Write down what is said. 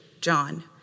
John